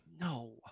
No